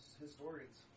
historians